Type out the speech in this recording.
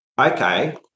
Okay